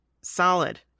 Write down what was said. solid